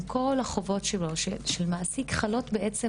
עם כל החובות שלו על המעסיק שחלות בעצם